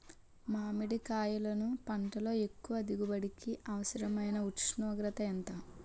మామిడికాయలును పంటలో ఎక్కువ దిగుబడికి అవసరమైన ఉష్ణోగ్రత ఎంత?